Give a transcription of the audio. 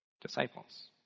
disciples